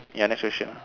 ya next question